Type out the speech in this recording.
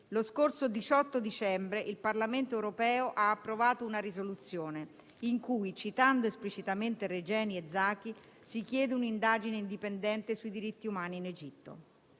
Lo scorso 18 dicembre il Parlamento europeo ha approvato una risoluzione in cui, citando esplicitamente Regeni e Zaki, si chiede un'indagine indipendente sui diritti umani in Egitto.